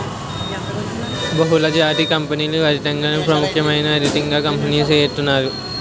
బహుళజాతి కంపెనీల ఆడిటింగ్ ను ప్రముఖమైన ఆడిటింగ్ కంపెనీతో సేయిత్తారు